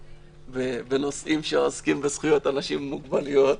בנושאים שעוסקים בזכויות אנשים עם מוגבלויות,